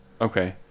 Okay